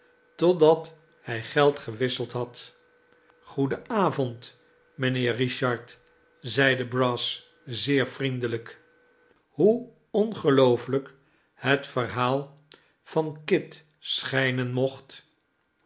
totdat hij geld gewisseld had goeden avond mijnheer richard zeide brass zeer vriendelijk hoe ongelooflijk het verhaal van kitschijnen mocht